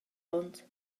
onns